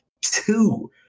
two